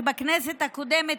שבכנסת הקודמת,